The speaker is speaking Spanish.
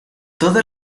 toda